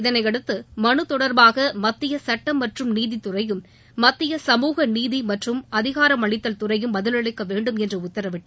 இதனையடுத்து மனு தொடர்பாக மத்திய சுட்டம் மற்றும் நீதித்துறையும் மத்திய சமூக நீதி மற்றும் அதிகாரமளித்தல் துறையும் பதிலளிக்க வேண்டும் என்று உத்தரவிட்டு